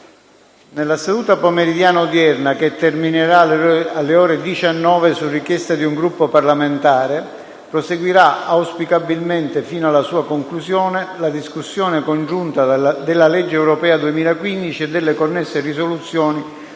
Nella seduta pomeridiana odierna, che terminerà alle ore 19 su richiesta di un Gruppo parlamentare, proseguirà, auspicabilmente fino alla sua conclusione, la discussione congiunta della legge europea 2015 e delle connesse risoluzioni